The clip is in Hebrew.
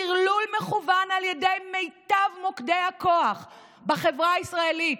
טרלול מכוון על ידי מיטב מוקדי הכוח בחברה הישראלית.